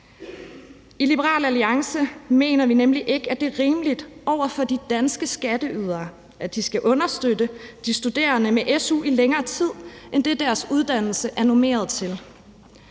I Liberal Alliance mener vi nemlig ikke, at det er rimeligt over for de danske skatteydere, at de skal understøtte de studerende med su i længere tid end det, deres uddannelse er normeret til.